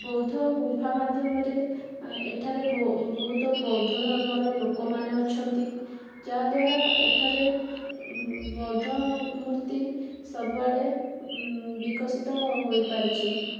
ବୌଦ୍ଧ ଗୁମ୍ଫା ମାଧ୍ୟମରେ ଏଠାରେ ବହୁତ ବୌଦ୍ଧ ଧର୍ମର ଲୋକମାନେ ଅଛନ୍ତି ଯାହାଦ୍ୱାରା ଏଠାରେ ବୌଦ୍ଧ ମୂର୍ତ୍ତି ସବୁଆଡ଼େ ବିକଶିତ ହୋଇପାରିଛି